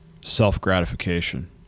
self-gratification